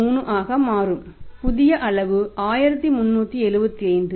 3 ஆக மாறும் புதிய அளவு 1375